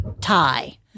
tie